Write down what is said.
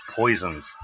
poisons